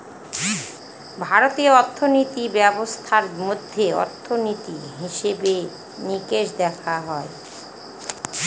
ভারতীয় অর্থিনীতি ব্যবস্থার মধ্যে অর্থনীতি, হিসেবে নিকেশ দেখা হয়